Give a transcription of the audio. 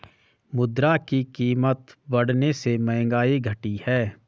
मुद्रा की कीमत बढ़ने से महंगाई घटी है